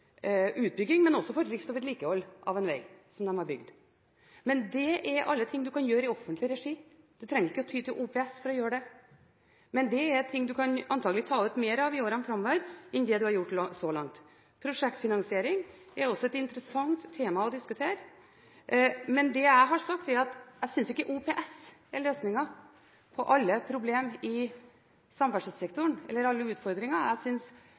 utbygging, men også for drift og vedlikehold av en veg som de har bygd. Men alt dette kan man gjøre i offentlig regi. Man trenger ikke å ty til OPS for å gjøre det. Dette er antakelig ting man kan ta ut mer av i årene framover enn det man har gjort så langt. Prosjektfinansiering er også et interessant tema å diskutere. Men det jeg har sagt, er at jeg ikke synes OPS er løsningen på alle problemer eller utfordringer i